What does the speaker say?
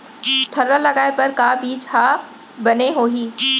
थरहा लगाए बर का बीज हा बने होही?